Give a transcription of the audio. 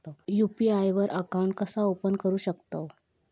UPI वर account कसा open करू शकतव?